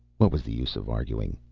what was the use of arguing?